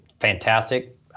fantastic